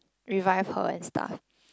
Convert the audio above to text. revive her and stuff